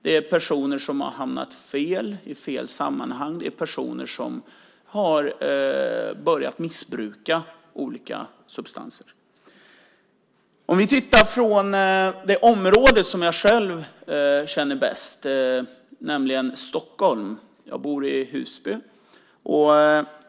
Det är personer som har hamnat i fel sammanhang, och det är personer som har börjat missbruka olika substanser. Jag ska ta upp det område som jag själv känner bäst, nämligen Stockholm. Jag bor i Husby.